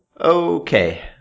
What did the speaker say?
Okay